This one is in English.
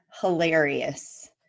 hilarious